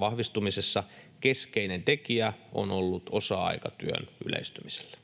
vahvistumisessa keskeinen tekijä on ollut osa-aikatyön yleistyminen.